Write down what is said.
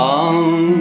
Long